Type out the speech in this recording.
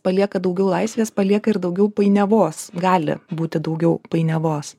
palieka daugiau laisvės palieka ir daugiau painiavos gali būti daugiau painiavos